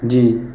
جی